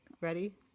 ready